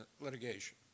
litigation